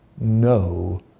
no